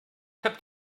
habt